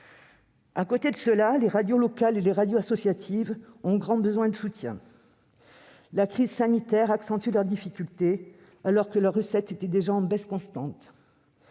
Parallèlement, les radios locales et associatives ont grand besoin de soutien. La crise sanitaire accentue leurs difficultés alors que leurs recettes étaient déjà en baisse constante.